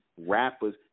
rappers